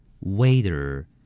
Waiter